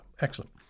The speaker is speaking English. Excellent